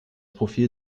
profil